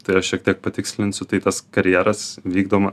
tai aš šiek tiek patikslinsiu tai tas karjeras vykdoma